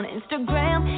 Instagram